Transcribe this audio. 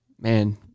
man